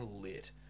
lit